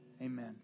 Amen